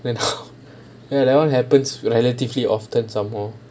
then eh that what happens relatively often some more